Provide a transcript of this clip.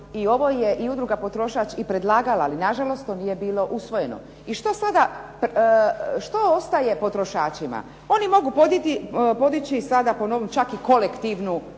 I ovo je i udruga “Potrošač“ i predlagala. Ali na žalost to nije bilo usvojeno. I šta sada? Što ostaje potrošačima? Oni mogu podnijeti, podići sada po novom čak i kolektivnu